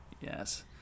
Yes